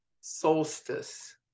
solstice